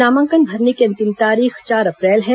नामांकन भरने की अंतिम तारीख चार अप्रैल है